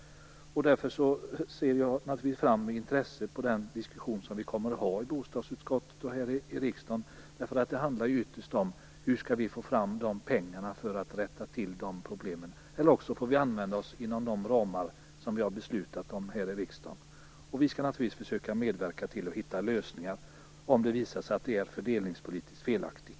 Därför ser jag med intresse fram emot den diskussion som vi kommer att ha i bostadsutskottet och här i riksdagen. Ytterst handlar det ju om hur vi skall få fram pengar för att rätta till problemen, eller också får vi använda oss av de pengar som finns inom de ramar som vi har beslutat om här i riksdagen. Vi skall naturligtvis försöka medverka till att hitta lösningar om det visar sig att detta är fördelningspolitiskt felaktigt.